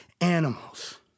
animals